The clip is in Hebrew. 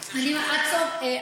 תראה,